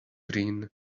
green